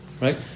Right